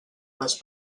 les